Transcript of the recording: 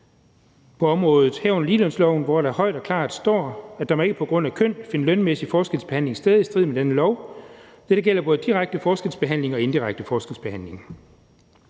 på området, herunder ligelønsloven, hvor der klart og tydeligt står: »Der må ikke på grund af køn finde lønmæssig forskelsbehandling sted i strid med denne lov. Dette gælder både direkte forskelsbehandling og indirekte forskelsbehandling.«